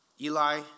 Eli